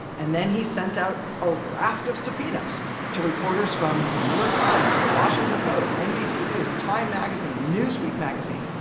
and then he sent out a raft of subpoenas to reporters from the new york times, the washington post nbc news, time magazine, newsweek magazine,